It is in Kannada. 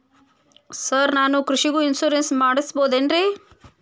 ಸರ್ ನಾನು ಕೃಷಿಗೂ ಇನ್ಶೂರೆನ್ಸ್ ಮಾಡಸಬಹುದೇನ್ರಿ?